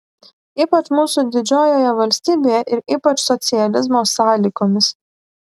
ypač mūsų didžiojoje valstybėje ir ypač socializmo sąlygomis